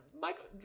Michael